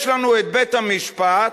לצורך הפרשנות של החוק יש לנו בית-המשפט,